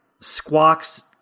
squawks